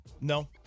No